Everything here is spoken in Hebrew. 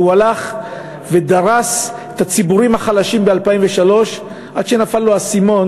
הוא הלך ודרס את הציבורים החלשים ב-2003 עד שנפל לו האסימון